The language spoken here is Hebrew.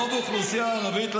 רוב האוכלוסייה הערבית,